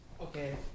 okay